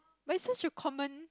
but is such a common